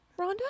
Rhonda